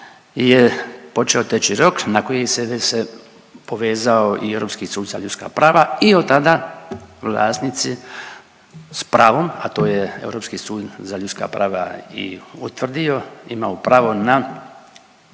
je počeo teći rok na koji se povezao i Europski sud za ljudska prava i od tada vlasnici sa pravom, a to je Europski sud za ljudska prava i utvrdio imao pravo na